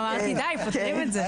אמרתי די, פותרים את זה.